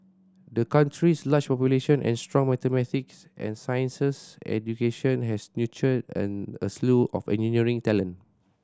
the country's large population and strong mathematics and sciences education has nurtured a slew of engineering talent